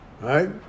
Right